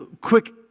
quick